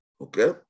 okay